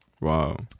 wow